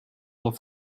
del